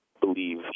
believe